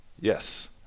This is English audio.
yes